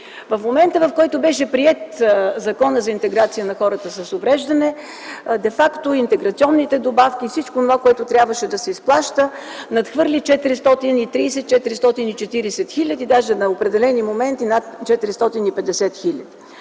В момента, в който беше приет Законът за интеграция на хората с увреждания, де факто интеграционните добавки и всичко онова, което трябваше да се изплаща, надхвърли 430-440 000, даже на определени моменти над 450 000.